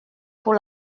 pour